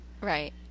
Right